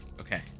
okay